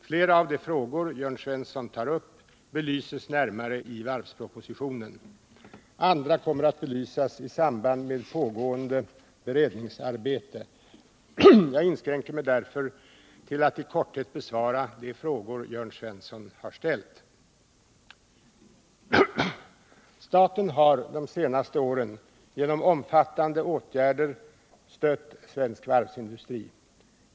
Flera av de frågor Jörn Svensson tar upp belyses närmare i varvspropositionen. Andra kommer att belysas i samband med pågående beredningsarbete. Jag inskränker mig därför till att i korthet besvara de frågor Jörn Svensson har ställt. Staten har de senaste åren genom omfattande åtgärder stött svensk varvsindustri.